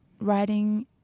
writing